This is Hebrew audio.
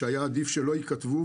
שהיה עדיף שלא יכתבו,